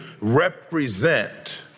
represent